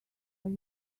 are